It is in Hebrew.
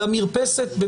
למרפסת,